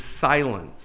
silence